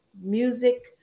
Music